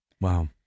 Wow